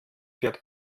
wird